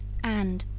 and,